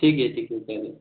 ठीक आहे ठीक आहे चालेल